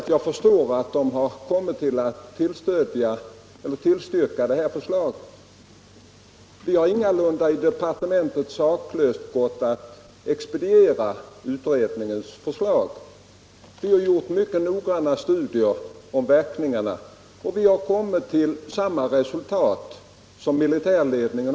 Jag förstår att de har tillstyrkt detta förslag. Det är ett bra förslag. Men i departementet har vi ingalunda saklöst expedierat utredningens förslag. Vi har gjort mycket noggranna studier över verkningarna och kommit till samma resultat som militärledningen.